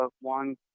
one